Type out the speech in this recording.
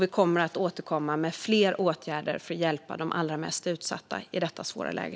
Vi kommer att återkomma med fler åtgärder för att hjälpa de allra mest utsatta i detta svåra läge.